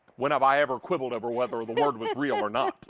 when have i ever quibbled over whether the word was real or not?